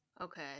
okay